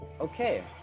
okay